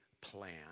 plan